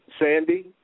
Sandy